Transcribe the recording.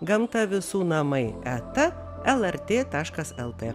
gamta visų namai eta lrt taškas lt